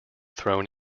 thrown